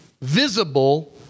visible